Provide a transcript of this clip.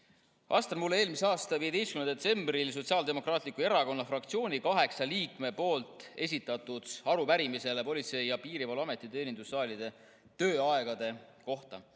Vastan mulle eelmise aasta 15. detsembril Sotsiaaldemokraatliku Erakonna fraktsiooni kaheksa liikme poolt esitatud arupärimisele Politsei‑ ja Piirivalveameti teenindussaalide tööaegade kohta.